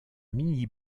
mini